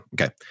okay